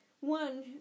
one